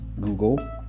Google